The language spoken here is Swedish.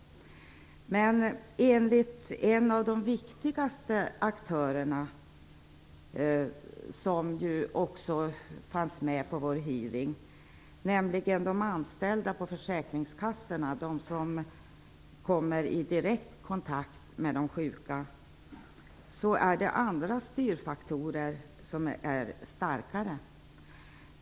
Men enligt några av de viktigaste aktörerna som också fanns med på vår utfrågning, nämligen de anställda på försäkringskassorna, de som kommer i direkt kontakt med de sjuka, är det andra styrfaktorer som är starkare.